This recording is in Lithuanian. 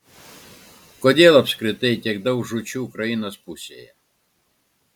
kodėl apskritai tiek daug žūčių ukrainos pusėje